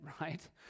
right